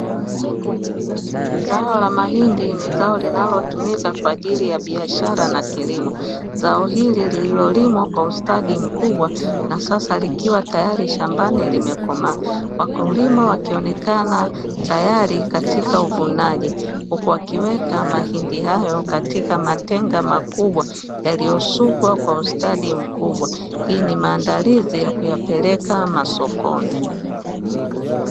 Zao la mahindi ni zao linalotumika kwa ajili ya biashara na kilimo. Zao hili lililolimwa kwa ustadi mkubwa na sasa likiwa tayari shambani limekomaa. Wakulima wakionekana tayari katika uvunaji huku wakiweka mahindi hayo katika matenga makubwa yaliyosukwa kwa ustadi mkubwa. Hii ni maandalizi ya kuyapeleka sokoni.